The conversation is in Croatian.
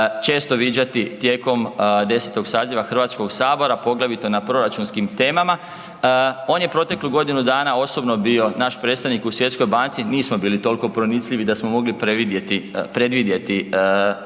često viđati tijekom 10. saziva Hrvatskog sabora poglavito na proračunskim temama. On je proteklu godinu dana osobno bio naš predstavnik u Svjetskoj banci. Nismo bili toliko pronicljivi da smo mogli predvidjeti